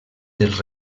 dels